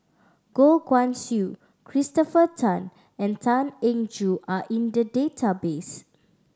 Goh Guan Siew Christopher Tan and Tan Eng Joo are in the database